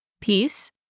peace